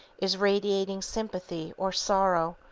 is radiating sympathy, or sorrow,